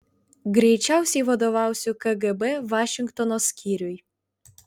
greičiausiai vadovausiu kgb vašingtono skyriui